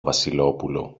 βασιλόπουλο